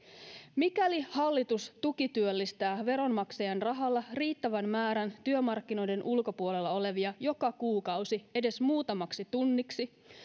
mikäli hallitus tukityöllistää veronmaksajien rahalla riittävän määrän työmarkkinoiden ulkopuolella olevia joka kuukausi edes muutamaksi tunniksi